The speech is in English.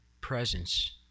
presence